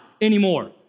anymore